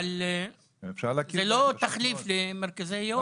אבל זה לא תחליף למרכזי היום.